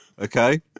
okay